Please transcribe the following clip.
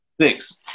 Six